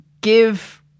give